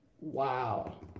Wow